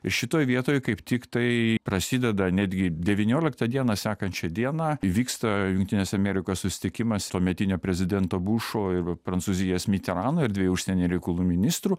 šitoj vietoj kaip tiktai prasideda netgi devynioliktą dieną sekančią dieną įvyksta jungtinėse amerikos susitikimas tuometinio prezidento bušo ir prancūzijos miterano ir dviejų užsienio reikalų ministrų